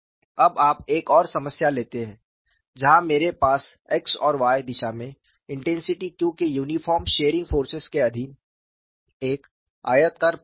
अब आप एक और समस्या लेते हैं जहां मेरे पास x और y दिशा में इंटेंसिटी q के यूनिफार्म शेयरिंग फोर्सेस के अधीन एक आयताकार प्लेट है